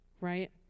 right